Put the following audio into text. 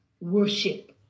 Worship